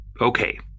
okay